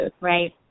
Right